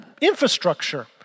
infrastructure